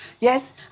Yes